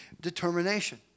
determination